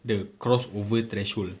the crossover threshold